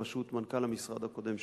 בראשות מנכ"ל המשרד הקודם שלי,